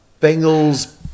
Bengals